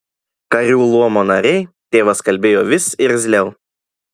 karių luomo nariai tėvas kalbėjo vis irzliau